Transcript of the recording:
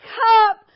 cup